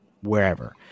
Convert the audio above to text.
wherever